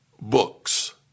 books